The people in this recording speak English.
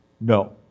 No